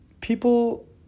people